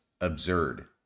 absurd